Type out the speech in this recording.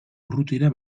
urrutira